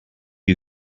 you